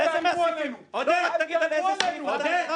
לא רק להבטיח את החופש ואת זכות חופש הביטוי ואת הדמוקרטיה,